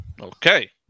Okay